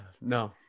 No